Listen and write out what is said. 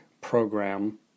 program